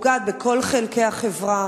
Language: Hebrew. שפוגעת בכל חלקי החברה.